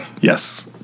Yes